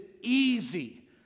easy